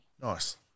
Nice